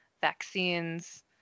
vaccines